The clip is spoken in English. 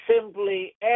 simply